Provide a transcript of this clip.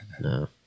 No